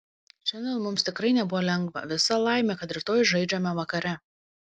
šiandien mums tikrai nebuvo lengva visa laimė kad rytoj žaidžiame vakare